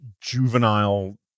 juvenile